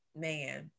man